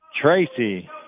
Tracy